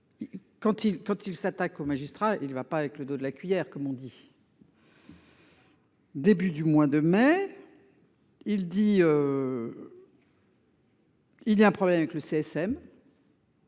quand il s'attaque aux magistrats, il ne va pas avec le dos de la cuillère comme on dit. Début du mois de mai. Il dit. Il y a un problème avec le CSM.